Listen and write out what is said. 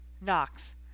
Knox